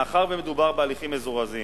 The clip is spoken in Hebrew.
מאחר שמדובר בהליכים מזורזים,